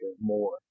more